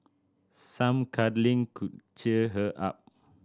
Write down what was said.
some cuddling could cheer her up